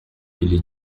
ele